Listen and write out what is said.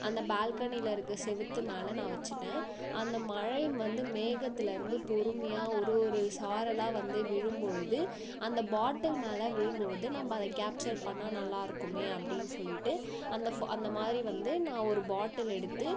அந்த பால்கனியில் இருக்க சுவுத்து மேலே நான் வச்சுட்டேன் அந்த மழை வந்து மேகத்தில் இருந்து பொறுமையாக ஒரு ஒரு சாரலாக வந்து விழும் பொழுது அந்த பாட்டில் மேல் விழும் பொழுது நம்ம அதை கேப்ச்சர் பண்ணால் நல்லா இருக்குமே அப்படின்னு சொல்லிகிட்டு அந்த ஃபோ அந்த மாதிரி வந்து நான் ஒரு பாட்டில் எடுத்து